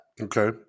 Okay